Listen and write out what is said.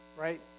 right